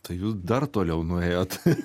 tai jūs dar toliau nuėjot